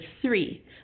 three